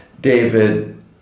David